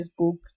Facebook